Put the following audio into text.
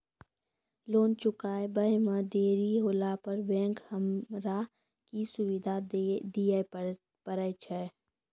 Loan चुकब इ मे देरी होला पर बैंक हमरा की सुविधा दिये पारे छै?